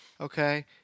okay